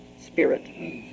spirit